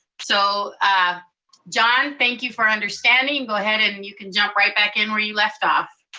so john, thank you for understanding, go ahead, and and you can jump right back in where you left off.